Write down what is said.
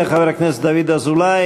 תודה לחבר הכנסת דוד אזולאי.